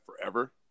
forever